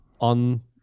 on